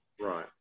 right